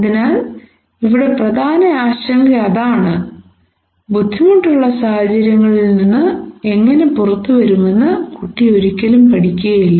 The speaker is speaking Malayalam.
അതിനാൽ ഇവിടെ പ്രധാന ആശങ്ക അതാണ് ബുദ്ധിമുട്ടുള്ള സാഹചര്യങ്ങളിൽ നിന്ന് എങ്ങനെ പുറത്തുവരുമെന്ന് കുട്ടി ഒരിക്കലും പഠിക്കുകയില്ല